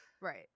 Right